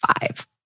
five